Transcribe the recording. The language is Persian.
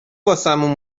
واسمون